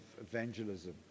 evangelism